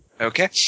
Okay